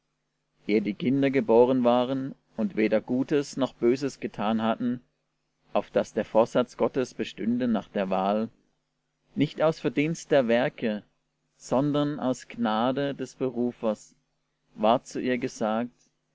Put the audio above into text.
ehe die kinder geboren waren und weder gutes noch böses getan hatten auf daß der vorsatz gottes bestünde nach der wahl nicht aus verdienst der werke sondern aus gnade des berufers ward zu ihr gesagt